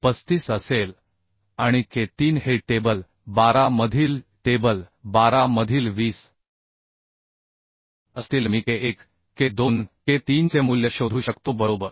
35 असेल आणि K 3 हे टेबल 12 मधील टेबल 12 मधील 20असतील मी K 1 K 2 K3 चे मूल्य शोधू शकतो बरोबर